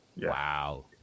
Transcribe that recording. wow